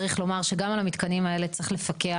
צריך לומר שגם על המתקנים האלה צריך לפקח.